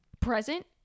present